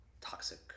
toxic